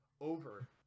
over